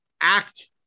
Act